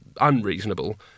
unreasonable